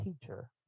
teacher